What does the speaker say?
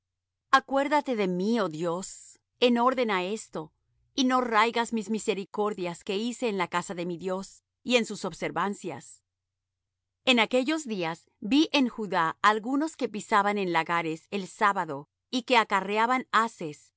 acuérdate de mí oh dios en orden á esto y no raigas mis misericordias que hice en la casa de mi dios y en sus observancias en aquellos días ví en judá algunos que pisaban en lagares el sábado y que acarreaban haces